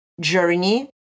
journey